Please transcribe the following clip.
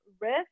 risk